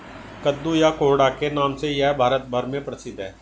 कद्दू या कोहड़ा के नाम से यह भारत भर में प्रसिद्ध है